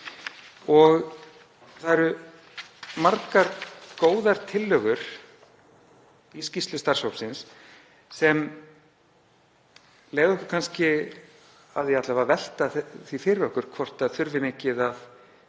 Það eru margar góðar tillögur í skýrslu starfshópsins sem leiða okkur kannski að því að velta því fyrir okkur hvort það þurfi mikið að